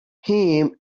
him